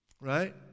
right